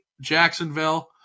Jacksonville